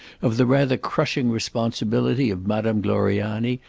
of the rather crushing responsibility of madame gloriani,